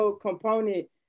component